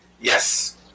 Yes